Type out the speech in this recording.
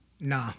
Nah